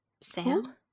Sam